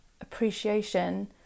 appreciation